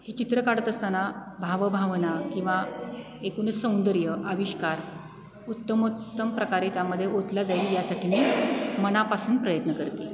हे चित्र काढत असताना भावभावना किंवा एकूणच सौंदर्य आविष्कार उत्तमोत्तम प्रकारे त्यामध्ये ओतला जाईल यासाठी मी मनापासून प्रयत्न करते